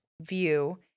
view